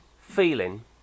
feeling